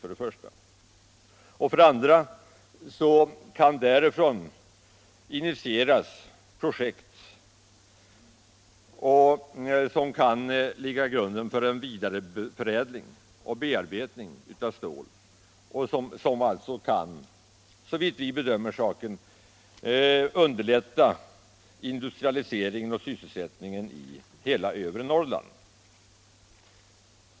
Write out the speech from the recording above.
För det andra kan därifrån initieras projekt som kan ligga till grund för en vidareförädling och bearbetning av stål, något som såvitt vi bedömer saken kan underlätta industrialiseringen och sysselsättningen i hela övre Norrland.